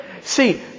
See